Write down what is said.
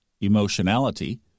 emotionality